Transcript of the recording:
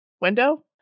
window